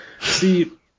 See